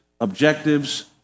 Objectives